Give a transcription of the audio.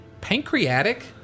Pancreatic